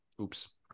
Oops